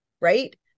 right